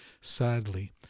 Sadly